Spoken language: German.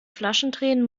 flaschendrehen